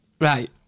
Right